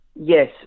Yes